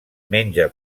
menja